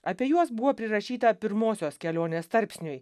apie juos buvo prirašyta pirmosios kelionės tarpsniui